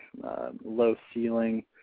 low-ceiling